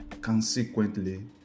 Consequently